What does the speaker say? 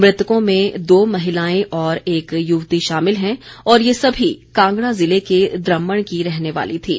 मृतकों में दो महिलाएं और एक युवती शामिल हैं और ये सभी कांगड़ा ज़िले के द्रम्मण की रहने वाली थीं